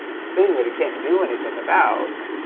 thing that he can't do anything about yeah